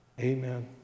Amen